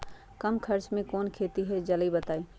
कम खर्च म कौन खेती हो जलई बताई?